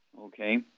Okay